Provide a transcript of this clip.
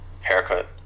haircut